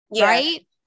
right